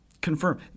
confirm